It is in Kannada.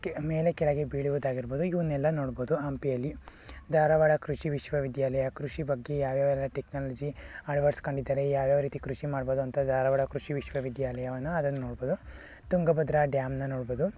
ಕೆ ಮೇಲೆ ಕೆಳಗೆ ಬೀಳುವುದಾಗಿರ್ಬೋದು ಇದನ್ನೆಲ್ಲ ನೋಡ್ಬೋದು ಹಂಪಿಯಲ್ಲಿ ಧಾರವಾಡ ಕೃಷಿ ವಿಶ್ವವಿದ್ಯಾಲಯ ಕೃಷಿ ಬಗ್ಗೆ ಯಾವ್ಯಾವ ಟೆಕ್ನಾಲಜಿ ಅಳವಡಿಸ್ಕೊಂಡಿದ್ದಾರೆ ಯಾವ್ಯಾವ ರೀತಿ ಕೃಷಿ ಮಾಡ್ಬೋದು ಅಂತ ಧಾರವಾಡ ಕೃಷಿ ವಿಶ್ವವಿದ್ಯಾಲಯವನ್ನು ಅದನ್ನ ನೋಡ್ಬೋದು ತುಂಗಭದ್ರಾ ಡ್ಯಾಮ್ನ ನೋಡ್ಬೋದು